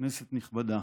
כנסת נכבדה,